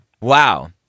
Wow